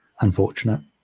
unfortunate